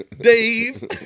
Dave